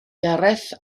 gareth